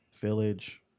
Village